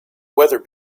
weather